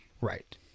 Right